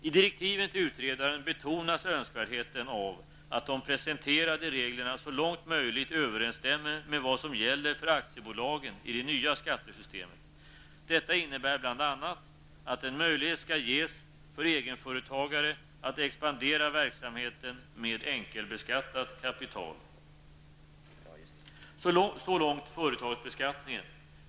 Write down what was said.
I direktiven till utredaren betonas önskvärdheten av att de presenterade reglerna så långt möjligt överensstämmer med vad som gäller för aktiebolagen i det nya skattesystemet. Detta innebär bl.a. att en möjlighet skall ges för egenföretagare att expandera verksamheten med enkelbeskattat kapital. Så långt företagsbeskattningen.